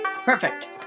perfect